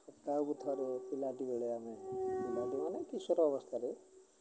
ସପ୍ତାହକୁ ଥରେ ପିଲାଟି ବେଳେ ଆମେ ପିଲାଟି ମାନେ କିଶୋର ଅବସ୍ଥାରେ